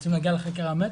רוצים להגיע לחקר האמת?